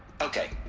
okay.